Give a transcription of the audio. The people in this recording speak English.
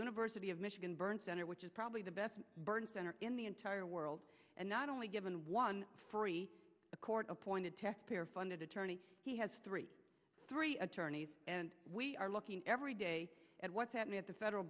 university of michigan burn center which is probably the best burn center in the entire world and not only given one a court appointed taxpayer funded attorney he has three three attorneys and we are looking every day at what's happening at the federal